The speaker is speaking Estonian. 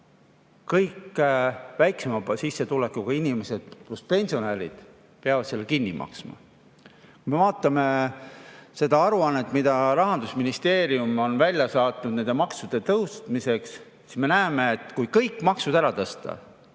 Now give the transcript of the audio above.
kõik väiksema sissetulekuga inimesed, pluss pensionärid peavad selle kinni maksma. Kui me vaatame seda aruannet, mille Rahandusministeerium on välja saatnud nende maksude tõstmiseks, siis me näeme, et kui kõiki makse tõsta